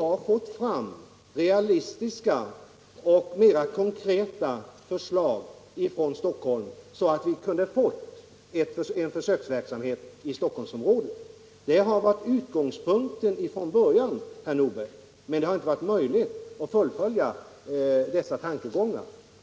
har fått fram mer realistiska och konkreta förslag därifrån, så att vi kunnat få en försöksverksamhet i Stockholmsområdet. Det var utgångspunkten från början, herr Nordberg, men det har inte varit möjligt att fullfölja dessa tankegångar.